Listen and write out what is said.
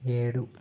ఏడు